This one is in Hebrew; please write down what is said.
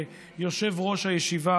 כיושב-ראש הישיבה,